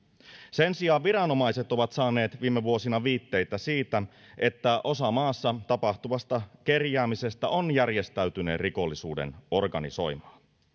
sen sijaan viranomaiset ovat saaneet viime vuosina viitteitä siitä että osa maassa tapahtuvasta kerjäämisestä on järjestäytyneen rikollisuuden organisoimaa